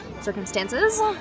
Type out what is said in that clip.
circumstances